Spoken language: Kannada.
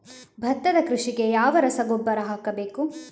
ಭತ್ತದ ಕೃಷಿಗೆ ಯಾವ ರಸಗೊಬ್ಬರ ಹಾಕಬೇಕು?